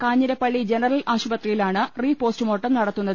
Kanjirappally general ആശുപത്രിയിലാണ് re postmortem നടത്തുന്നത്